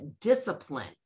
discipline